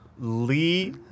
Lee